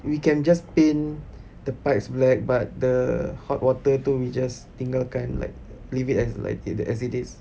we can just paint the pipes black but the hot water tu we just tinggalkan like leave it uh like as it is